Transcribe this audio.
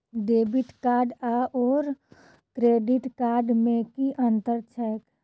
Debit card आओर credit card मे की अन्तर छैक?